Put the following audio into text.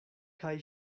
kaj